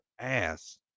ass